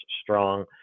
strong